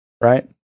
right